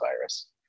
virus